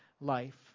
life